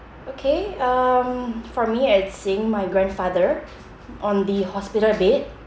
okay um for me it's seeing my grandfather on the hospital bed